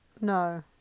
No